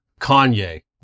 Kanye